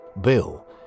Bill